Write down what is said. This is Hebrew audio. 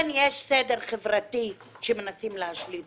יש סדר חברתי שמנסים להשליט